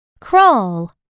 crawl